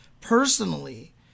personally